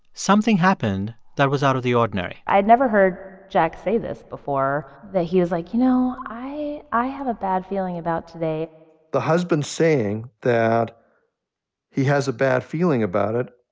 something happened that was out of the ordinary i had never heard jack say this before, that he was like, you know, i i have a bad feeling about today the husband saying that he has a bad feeling about it,